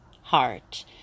heart